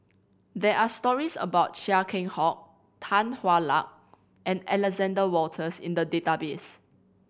there are stories about Chia Keng Hock Tan Hwa Luck and Alexander Wolters in the database